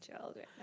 children